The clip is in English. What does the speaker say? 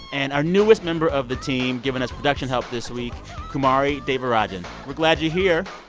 and our newest member of the team giving us production help this week kumari devarajan. we're glad you're here.